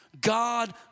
God